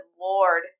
lord